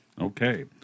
Okay